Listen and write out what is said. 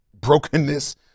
brokenness